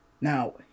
Now